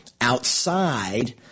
outside –